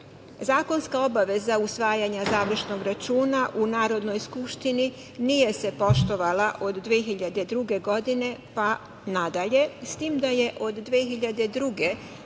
zakone. Zakonska obaveza usvajanja završnog računa u Narodnoj skupštini nije se poštovala od 2002. godine pa nadalje, s tim da je od 2002. do